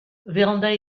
vérand’a